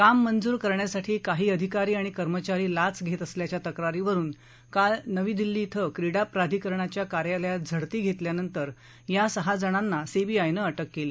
काम मंजूर करण्यासाठी काही अधिकारी आणि कर्मचारी लाच घेत असल्याच्या तक्रारीवरुन काल नवी दिल्ली ध्वें क्रीडा प्राधिकरणाच्या कार्यालयात झडती घेतल्यानंतर या सहाजणांना सीबीआयनं अटक केली